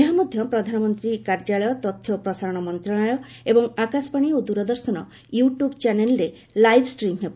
ଏହା ମଧ୍ୟ ପ୍ରଧାନମନ୍ତ୍ରୀ କାର୍ଯ୍ୟାଳୟ ତଥ୍ୟ ଓ ପ୍ରସାରଣ ମନ୍ତ୍ରଣାଳୟ ଏବଂ ଆକାଶବାଣୀ ଓ ଦୂରଦର୍ଶନ ୟୁଟ୍ୟବ୍ ଚ୍ୟାନେଲ୍ରେ ଲାଇଭ୍ ଷ୍ଟ୍ରିମ୍ ହେବ